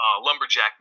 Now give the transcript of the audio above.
Lumberjack